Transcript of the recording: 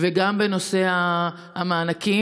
וגם בנושא המענקים.